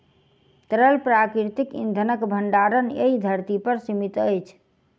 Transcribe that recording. तरल प्राकृतिक इंधनक भंडार एहि धरती पर सीमित अछि